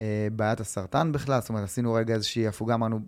בעיית הסרטן בכלל, זאת אומרת, עשינו רגע איזושהי הפוגעה אמרנו.